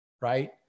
Right